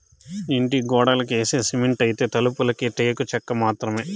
ఇంటి గోడలకి యేసే సిమెంటైతే, తలుపులకి టేకు చెక్క మాత్రమే